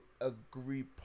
agree